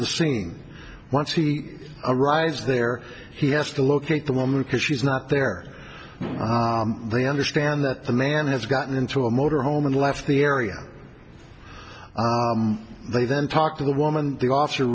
the scene once he arrives there he has to locate the woman because she's not there they understand that the man has gotten into a motor home and left the area they then talk to the woman